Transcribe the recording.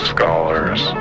Scholars